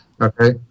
Okay